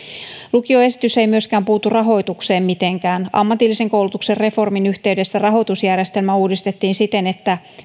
lukioesitys ei myöskään puutu mitenkään rahoitukseen ammatillisen koulutuksen reformin yhteydessä rahoitusjärjestelmä uudistettiin siten että